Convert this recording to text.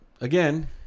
again